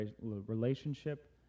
relationship